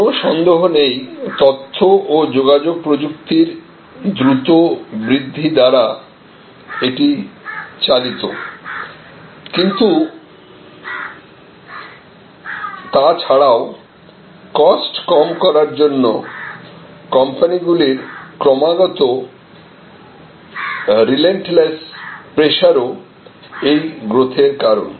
কোন সন্দেহ নেই তথ্য ও যোগাযোগ প্রযুক্তির দ্রুত বৃদ্ধি দ্বারা এটি চালিত কিন্তু তাছাড়াও কস্ট কম করার জন্য কম্পানি গুলির ক্রমাগত রেলেন্টলেস প্রেসারও এই গ্রোথের কারণ